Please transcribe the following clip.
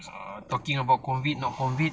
talking about COVID no COVID